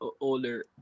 older